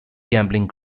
gambling